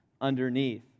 underneath